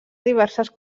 diverses